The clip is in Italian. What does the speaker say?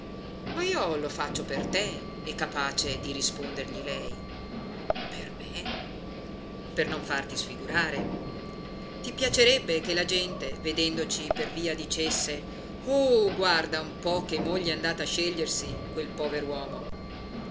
ma io lo faccio per te è capace di rispondergli lei per me sicuro per non farti sfigurare ti piacerebbe che la gente vedendoci per via dicesse oh guarda un po che moglie è andata a scegliersi quel pover uomo